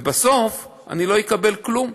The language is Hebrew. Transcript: ובסוף אני לא אקבל כלום,